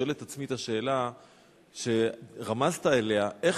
שואל את עצמי את השאלה שרמזת אליה: איך